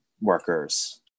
workers